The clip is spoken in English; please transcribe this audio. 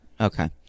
okay